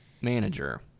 manager